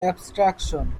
abstraction